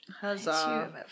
Huzzah